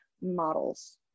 models